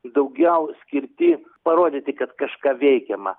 daugiau skirti parodyti kad kažką veikiama